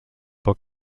pel